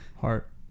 heart